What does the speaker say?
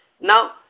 Now